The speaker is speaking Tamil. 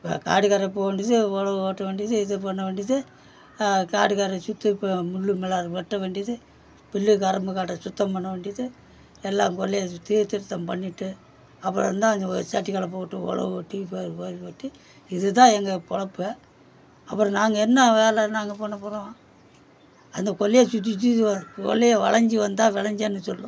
இப்போ காடு கரை போக வேண்டியது உழவு ஓட்ட வேண்டியது இது பண்ண வேண்டியது காடு கரை சுற்றி இப்போ முள்ளு மெலாரு வெட்ட வேண்டியது பில்லு கரும்பு காட்டை சுத்தம் பண்ண வேண்டியது எல்லாம் கொள்ளையை சுற்றி திருத்தம் பண்ணிட்டு அப்புறம் தான் அந்த ஒரு சட்டிக்களப்பை விட்டு உழவு ஒட்டி பா பயிர் வெட்டி இதுதான் எங்க புழப்பே அப்புறம் நாங்கள் என்ன வேலை நாங்கள் பண்ணப்போகிறோம் அந்த கொல்லையை சுற்றி சுற்றி வர கொல்லயை வளஞ்சி வந்தால் விளஞ்சேன்னு சொல்லும்